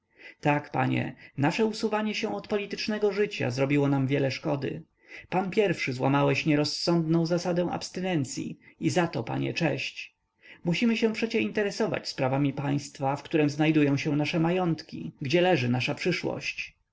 tak panie nasze usuwanie się od politycznego życia zrobiło nam wiele szkody pan pierwszy złamałeś nierozsądną zasadę abstynencyi i zato panie cześć musimy się przecie interesować sprawami państwa w którem znajdują się nasze majątki gdzie leży nasza przyszłość